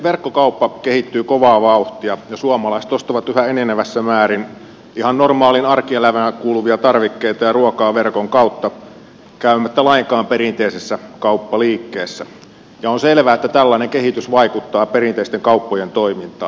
verkkokauppa kehittyy kovaa vauhtia ja suomalaiset ostavat yhä enenevässä määrin ihan normaaliin arkielämään kuuluvia tarvikkeita ja ruokaa verkon kautta käymättä lainkaan perinteisessä kauppaliikkeessä ja on selvää että tällainen kehitys vaikuttaa perinteisten kauppojen toimintaan